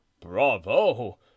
Bravo